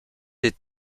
des